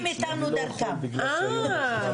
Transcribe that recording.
לא נבנו תשתיות לספורט,